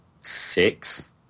six